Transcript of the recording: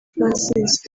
francis